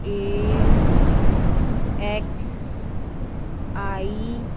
A X I